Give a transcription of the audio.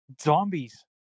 zombies